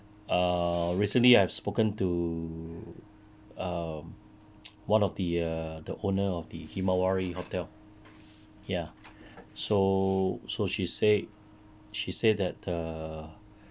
err recently I've spoken to um one of the uh the owner of the himawari hotel ya so so she said she said that err